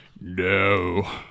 No